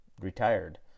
retired